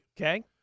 Okay